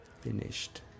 finished